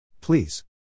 Please